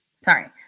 Sorry